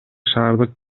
шаардык